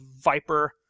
Viper